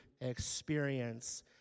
experience